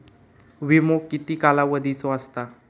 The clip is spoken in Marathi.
विमो किती कालावधीचो असता?